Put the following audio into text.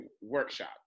workshop